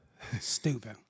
Stupid